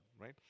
right